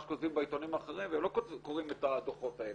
שכותבים בעיתונים האחרים ולא קוראים את הדוחות האלה.